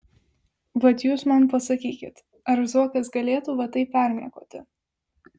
vat jūs man pasakykit ar zuokas galėtų va taip permiegoti